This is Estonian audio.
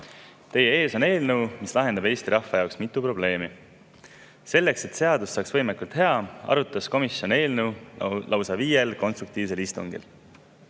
Teie ees on eelnõu, mis lahendab Eesti rahva jaoks mitu probleemi. Selleks, et seadus saaks võimalikult hea, arutas komisjon eelnõu lausa viiel konstruktiivsel istungil.